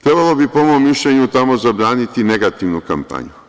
Trebalo bi, po mom mišljenju, tamo zabraniti negativnu kampanju.